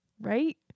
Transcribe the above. Right